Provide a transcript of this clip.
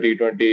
T20